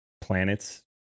planets